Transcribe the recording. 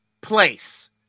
place